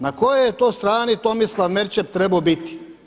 Na kojoj je to strani Tomislav Merčep trebao biti?